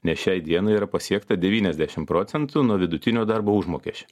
nes šiai dienai yra pasiekta devyniasdešim procentų nuo vidutinio darbo užmokesčio